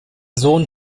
sohn